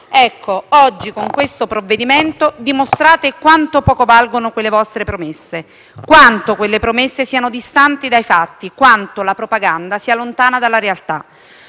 Oggi, con questo provvedimento, dimostrate quanto poco valgano quelle vostre promesse, quanto quelle promesse siano distanti dai fatti, quanto la propaganda sia lontana dalla realtà.